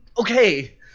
Okay